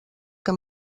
que